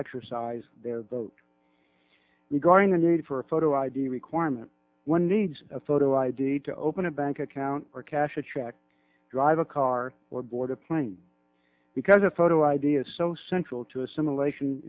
exercise their vote regarding the need for a photo id requirement one needs a photo id to open a bank account or cash a check drive a car or board a plane because a photo id is so central to assimilation